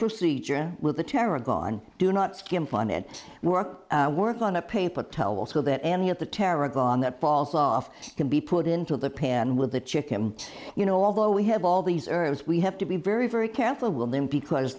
procedure with the terror gone do not skimp on it work work on a paper towel so that any of the terror gone that balls off can be put into the pan with the chicken you know although we have all these herbs we have to be very very careful with them because